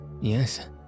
Yes